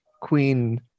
Queen